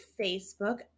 facebook